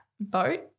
boat